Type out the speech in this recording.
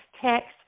text